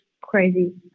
crazy